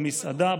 במסעדה,